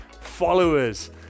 followers